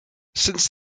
since